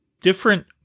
different